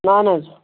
اَہَن حظ